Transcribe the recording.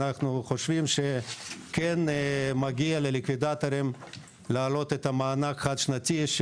אנחנו חושבים שכן מגיע לליקווידטורים לעלות את המענק החד שנתי,